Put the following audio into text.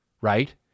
right